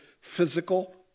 physical